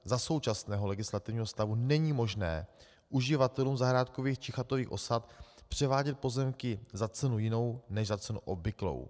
Za současného legislativního stavu není možné uživatelům zahrádkových či chatových osad převádět pozemky za cenu jinou než za cenu obvyklou.